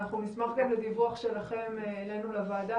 אנחנו גם נשמח לדיווח שלכם אלינו לוועדה